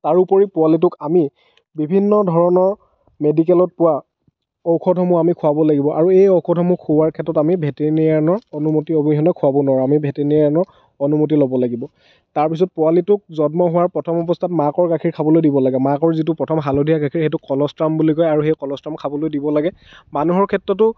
তাৰোপৰি পোৱালিটোক আমি বিভিন্ন ধৰণৰ মেডিকেলত পোৱা ঔষধসমূহ আমি খুৱাব লাগিব আৰু এই ঔষধসমূহ খোৱাৰ ক্ষেত্ৰত আমি ভেটেনেৰিয়ানৰ অনুমতি অবিহনে খুৱাব নোৱাৰোঁ আমি ভেটেনেৰিয়ানৰ অনুমতি ল'ব লাগিব তাৰ পাছত পোৱালিটোক জন্ম হোৱাৰ প্ৰথম অৱস্থাত মাকৰ গাখীৰ খাবলৈ দিব লাগে মাকৰ যিটো প্ৰথম হালধীয়া গাখীৰ সেইটো কল'ষ্ট্ৰাম বুলি কয় আৰু সেই কল'ষ্ট্ৰাম খাব দিব লাগে মানুহৰ ক্ষেত্ৰতো